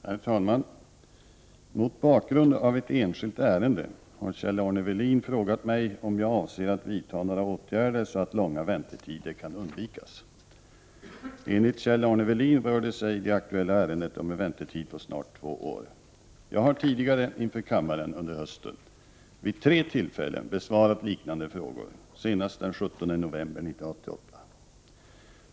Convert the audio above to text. Herr talman! Mot bakgrund av ett enskilt ärende har Kjell-Arne Welin frågat mig om jag avser att vidta några åtgärder så att långa väntetider kan undvikas. Enligt Kjell-Arne Welin rör det sig i det aktuella ärendet om en väntetid på snart två år. Jag har tidigare inför kammaren under hösten vid tre tillfällen besvarat liknande frågor, senast den 17 november 1988.